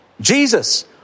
Jesus